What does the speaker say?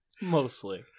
mostly